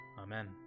Amen